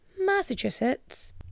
Massachusetts